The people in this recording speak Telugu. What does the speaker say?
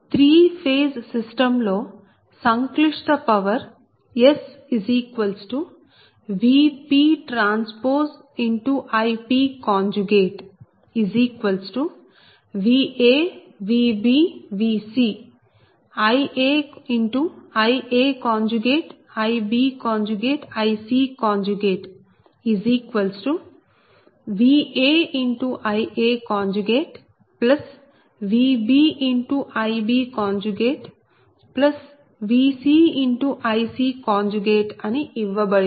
త్రీ ఫేజ్ సిస్టం లో సంక్లిష్ట power SVpTIpVa Vb Vc Ia Ib Ic VaIaVbIbVcIc అని ఇవ్వబడింది